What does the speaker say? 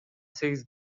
сегиз